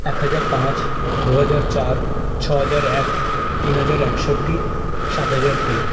এক হাজার পাঁচ দু হাজার চার ছ হাজার এক তিন হাজার একষট্টি সাত হাজার তিন